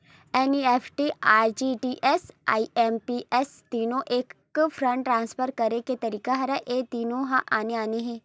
NEFT, RTGS, IMPS तीनो ह fund transfer करे के तरीका हरय फेर तीनो ह आने आने हे